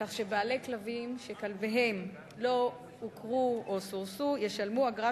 כך שבעלי כלבים שכלביהם לא עוקרו או סורסו ישלמו אגרה